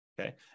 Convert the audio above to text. Okay